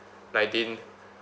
nineteen